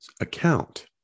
account